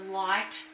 light